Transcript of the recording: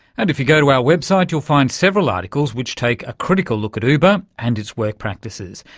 and if you go to our website, you'll find several articles which take a critical look at uber and its work practices,